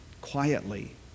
quietly